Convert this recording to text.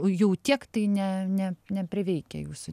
jau tiek tai ne ne nepriveikia jūsų